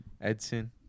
Edson